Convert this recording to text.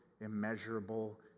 immeasurable